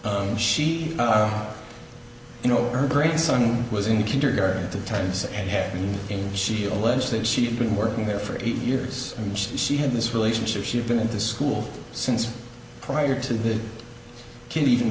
when she you know her grandson was in kindergarten at the times and had been in she alleged that she had been working there for eight years and she had this relationship she had been in the school since prior to the kid even